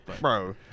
Bro